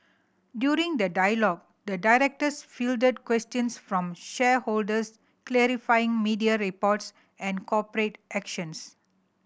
during the dialogue the directors fielded questions from shareholders clarifying media reports and corporate actions